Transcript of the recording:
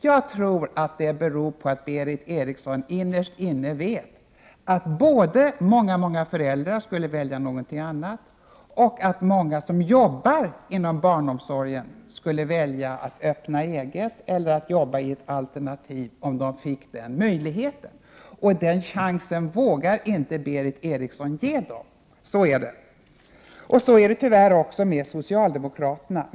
Jag tror att det beror på att ni vet att många föräldrar skulle välja någonting annat och att många som arbetar inom barnomsorgen skulle välja att öppna eget eller att arbeta i ett alternativ, om de fick den möjligheten. Den chansen vågar inte Berith Eriksson ge dem. Så är det. Och så är det tyvärr också med socialdemokraterna.